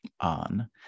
on